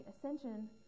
Ascension